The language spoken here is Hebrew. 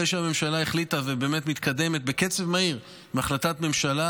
אחרי שהממשלה החליטה ובאמת מתקדמת בקצב מהיר עם החלטת ממשלה,